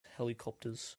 helicopters